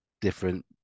different